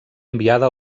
enviada